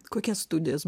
kokias studijas